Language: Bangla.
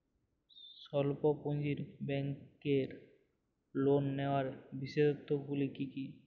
স্বল্প পুঁজির ব্যাংকের লোন নেওয়ার বিশেষত্বগুলি কী কী?